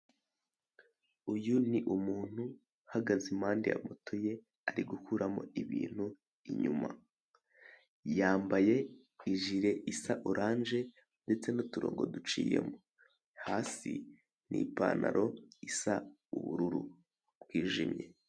Uyu ni umuntu uhagaze impande ya moto ye ari gukuramo bintu inyuma, yambaye ijire isa oranje ndetse n'uturonko duciyemo, hasi ni ipantaro isa ubururu bwijimye.